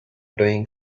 doing